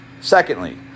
Secondly